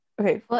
Okay